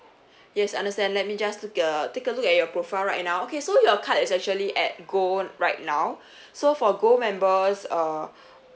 yes understand let me just look a take a look at your profile right now okay so your card is actually at gold right now so for gold members uh